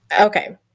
Okay